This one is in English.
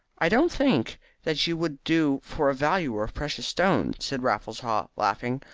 i don't think that you would do for a valuer of precious stones, said raffles haw, laughing.